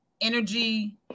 energy